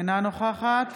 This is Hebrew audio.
אינה נוכחת